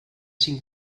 cinc